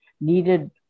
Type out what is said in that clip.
needed